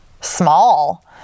small